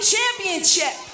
Championship